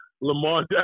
Lamar